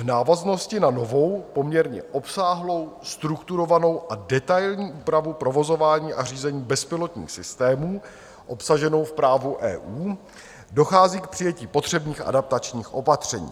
V návaznosti na novou, poměrně obsáhlou, strukturovanou a detailní úpravu provozování a řízení bezpilotních systémů obsaženou v právu EU dochází k přijetí potřebných adaptačních opatření.